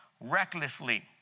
recklessly